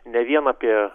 ne vien apie